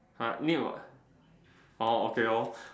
!huh! new ah orh okay lor